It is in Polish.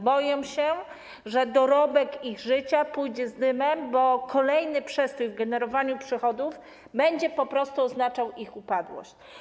Boją się, że dorobek ich życia pójdzie z dymem, bo kolejny przestój w generowaniu przychodów będzie po prostu oznaczał ich upadłość.